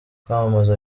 kwamamaza